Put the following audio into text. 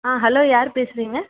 ஆ hello யார் பேசுகிறீங்க